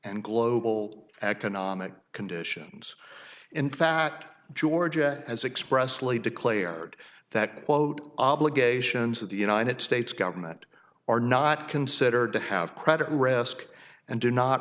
and global economic conditions in fact georgia has expressly declared that quote obligations of the united states government are not considered to have credit risk and do not